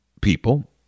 people